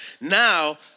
Now